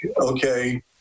okay